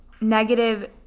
negative